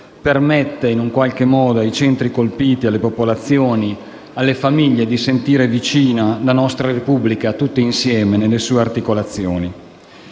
permette in qualche modo ai centri colpiti, alle popolazioni, alle famiglie, di sentire vicina la nostra Repubblica, tutta insieme, nelle sue articolazioni.